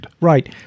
Right